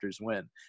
win